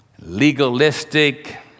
legalistic